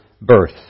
birth